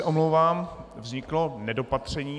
Omlouvám se, vzniklo nedopatření.